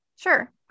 Sure